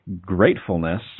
gratefulness